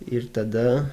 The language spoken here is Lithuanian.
ir tada